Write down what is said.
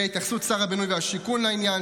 ואת התייחסות שר הבינוי והשיכון לעניין,